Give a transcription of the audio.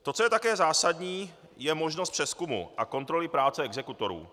Co je také zásadní, je možnost přezkumu a kontroly práce exekutorů.